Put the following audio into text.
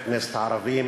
הערבים